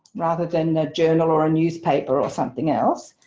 rather than a journal or a newspaper or something else,